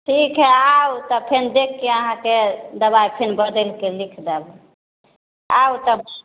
ठीक हइ आउ तऽ फेर देखि कऽ अहाँकेँ दवाइ फेर बदलि कऽ लिख देब आउ तब